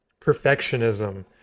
perfectionism